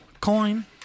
coin